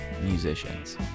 musicians